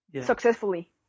successfully